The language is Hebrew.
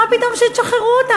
מה פתאום שתשחררו אותם?